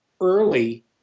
early